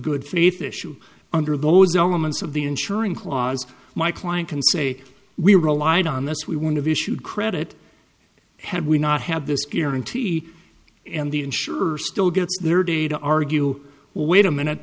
good faith issue under those elements of the insuring clause my client can say we relied on this we want to be issued credit had we not have this guarantee and the insurer still gets their day to argue well wait a minute